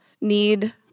need